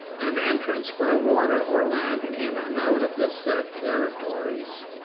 and entrance by water or land in and out of the said territories.